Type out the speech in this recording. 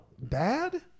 Bad